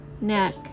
neck